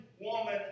Woman